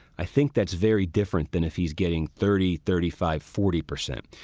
i think that's very different than if he's getting thirty, thirty five, forty percent,